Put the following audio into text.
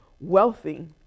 Wealthy